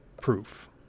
proof